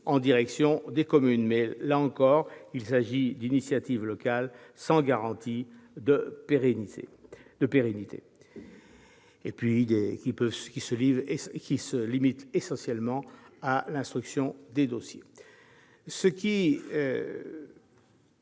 en direction des communes rurales. Là encore, il s'agit d'initiatives locales sans garantie de pérennité et qui se limitent essentiellement à l'instruction des dossiers. Ce qui